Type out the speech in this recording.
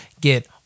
get